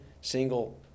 single